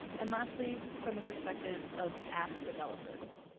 and lastly from the perspective of app developers.